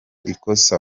ikosa